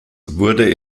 wurde